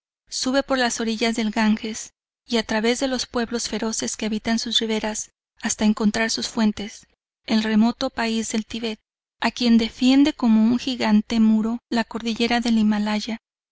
sube por las orillas del ganges y a través de los pueblos feroces que habitan sus riberas hasta encontrar sus fuentes el remoto país del tíbet a quien defiende como un gigante muro la cordillera del himalaya